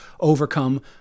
overcome